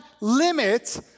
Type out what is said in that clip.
limit